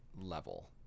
level